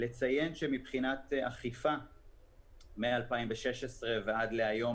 אני רוצה לציין שמבחינת אכיפה מ-2016 ועד היום,